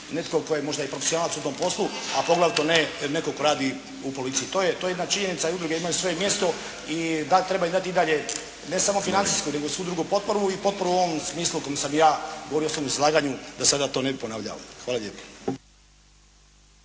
netko tko je možda i profesionalac u tom poslu, a poglavito ne netko tko radi u policiji. To je jedna činjenica i udruge imaju svoje mjesto i da, treba imati i dalje ne samo financijsku nego i svu drugu potporu i potporu u ovom smislu o kome sam i ja govorio u svom izlaganju. Da sada to ne bih ponavljao. Hvala lijepa.